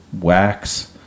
wax